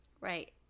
right